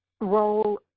role